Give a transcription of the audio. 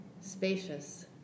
spacious